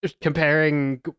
comparing